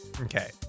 Okay